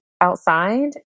outside